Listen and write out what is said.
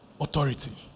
Authority